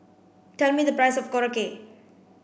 tell me the price of Korokke